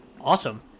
Awesome